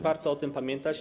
Warto o tym pamiętać.